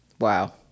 Wow